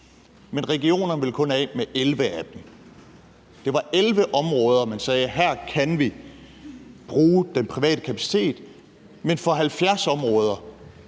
Men regionerne vil kun af med 11 af dem. Det var på 11 områder, man sagde, at her kan vi bruge den private kapacitet, men for 70 områder